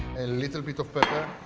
a little bit of pepper.